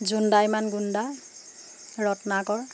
জোনদা ইমান গুণ্ডা ৰত্নাকৰ